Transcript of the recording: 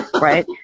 right